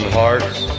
hearts